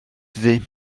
ddu